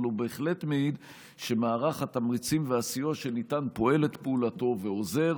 אבל הוא בהחלט מעיד שמערך התמריצים והסיוע שניתן פועל את פעולתו ועוזר,